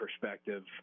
perspective